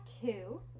two